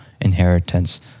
inheritance